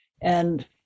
And-